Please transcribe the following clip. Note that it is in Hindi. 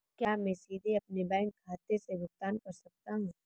क्या मैं सीधे अपने बैंक खाते से भुगतान कर सकता हूं?